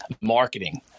marketing